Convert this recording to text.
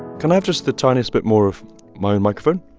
can i have just the tiniest bit more of my own microphone?